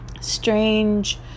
strange